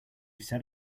set